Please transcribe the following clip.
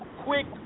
quick